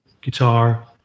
guitar